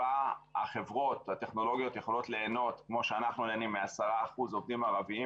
החברות הטכנולוגיות יכולות ליהנות כמו שאנחנו נהנים מ-10% עובדים ערבים.